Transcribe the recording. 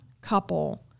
couple